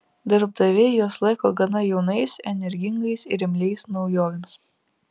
darbdaviai juos laiko gana jaunais energingais ir imliais naujovėms